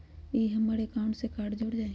ई हमर अकाउंट से कार्ड जुर जाई?